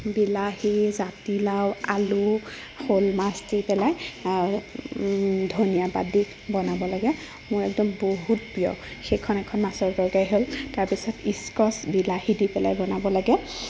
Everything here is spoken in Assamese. বিলাহী জাতিলাও আলু শ'ল মাছ দি পেলাই ধনিয়া পাত দি বনাব লাগে মোৰ একদম বহুত প্ৰিয় সেইখন এখন মাছৰ তৰকাৰী হ'ল তাৰপিছত স্কছ বিলাহী দি পেলাই বনাব লাগে